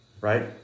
right